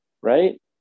Right